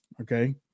Okay